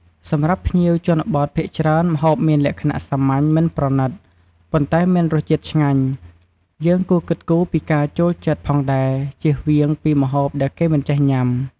សម្រាប់ភ្ញៀវជនបទភាគច្រើនម្ហូបមានលក្ខណៈសាមញ្ញមិនប្រណិត ប៉ុន្តែមានរសជាតិឆ្ងាញ់ យើងគួរគិតគូរពីការចូលចិត្តផងដែរ ជៀសវាងពីម្ហូបដែលគេមិនចេះញុាំ។